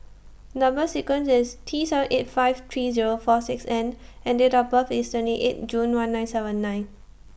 Number sequence IS T seven eight five three Zero four six N and Date of birth IS twenty eight June one nine seven nine